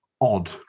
odd